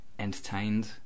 Entertained